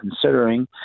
considering